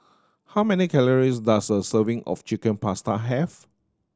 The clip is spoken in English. how many calories does a serving of Chicken Pasta have